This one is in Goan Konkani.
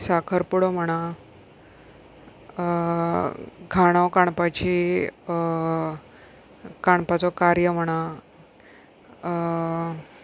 साखरपुडो म्हणा घाणो काणपाची काणपाचो कार्य म्हणा